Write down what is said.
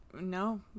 No